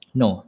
no